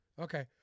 Okay